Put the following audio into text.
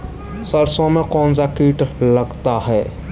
सरसों में कौनसा कीट लगता है?